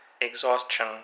exhaustion